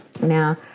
Now